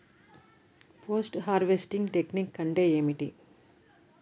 Post harvesting technique అంటే ఏమిటీ?